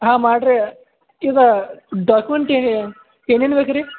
ಹಾಂ ಮಾಡ್ರಿ ಇದು ಡಾಕ್ಯುಮೆಂಟ್ ಏನು ಏನೇನು ಬೇಕು ರೀ